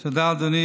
תודה, אדוני